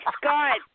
Scott